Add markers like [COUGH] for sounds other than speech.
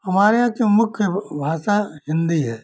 हमारे यहाँ जम्मू के [UNINTELLIGIBLE] भाषा हिन्दी है